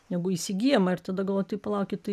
negu įsigyjama ir tada gavoju tai palaukit tai